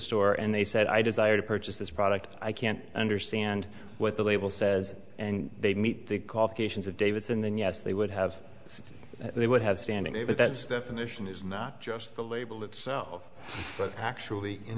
store and they said i desire to purchase this product i can't understand what the label says and they meet the cough cations of davis and then yes they would have said they would have standing but that definition is not just the label itself but actually in